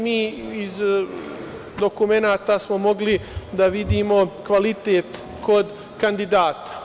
Mi smo iz dokumenata mogli da vidimo kvalitet kod kandidata.